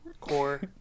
core